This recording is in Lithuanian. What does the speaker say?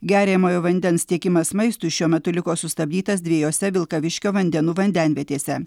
geriamojo vandens tiekimas maistui šiuo metu liko sustabdytas dvejose vilkaviškio vandenų vandenvietėse